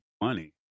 money